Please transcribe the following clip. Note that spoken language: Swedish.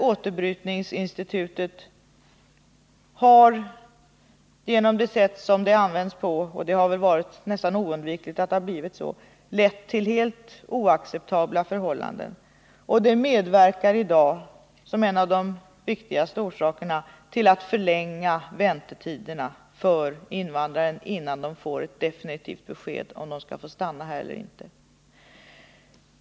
Återbrytningsinstitutet har genom det sätt varpå det använts — och det har väl varit nästan oundvikligt — lett till helt oacceptabla förhållanden, och det medverkar i dag som en av de viktigaste orsakerna till att förlänga väntetiden för invandrare innan de får ett definitivt besked om de skall få stanna i Sverige eller inte.